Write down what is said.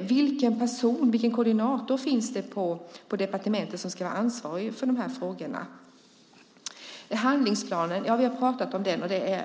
Vilken person är koordinator och ansvarig för de här frågorna på departementen? Vi har pratat om handlingsplanen, och det